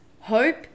hope